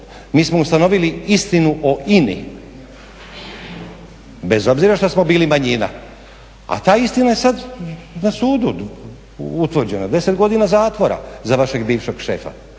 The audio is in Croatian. mi smo ustanovili istinu o INA-i, bez obzira šta smo bili manjina, a ta istina je sad na sudu utvrđena, 10 godina zatvora za vašeg bivšeg šefa.